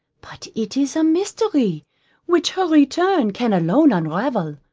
but it is a mystery which her return can alone unravel.